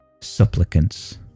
supplicants